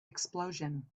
explosion